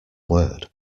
word